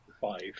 Five